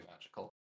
magical